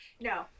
No